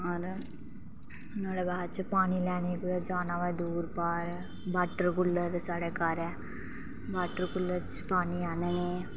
और नुआढ़े बाद च पानी लैने गी कुतै जाना होऐ दूर पार वाटर कूलर स्हाढ़े घर ऐ वाटर कूलर च पानी आह्नने